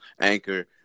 Anchor